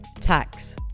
tax